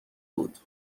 بود